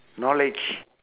knowledge